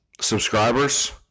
subscribers